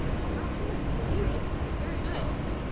i promise i'm usually very nice